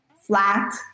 flat